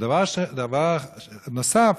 ודבר נוסף,